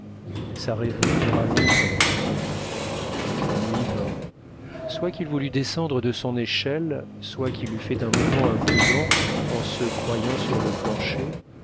sa rêverie dura longtemps sans doute la nuit vint soit qu'il voulût descendre de son échelle soit qu'il eût fait un mouvement imprudent en se croyant sur le plancher